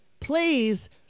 please